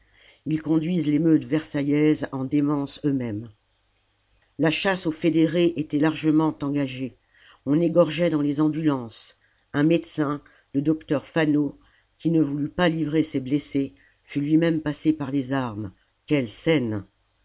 ils conduisent les meutes versaillaises en démence euxmêmes la chasse aux fédérés était largement engagée on égorgeait dans les ambulances un médecin le docteur faneau qui ne voulut pas livrer ses blessés fut lui-même passé par les armes quelle scène